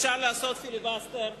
אפשר לעשות פיליבסטר ענייני,